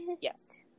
yes